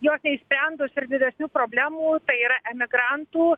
jos neišsprendus ir didesnių problemų tai yra emigrantų